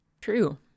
True